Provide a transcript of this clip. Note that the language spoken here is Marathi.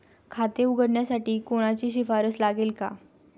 खाते उघडण्यासाठी कोणाची शिफारस लागेल का?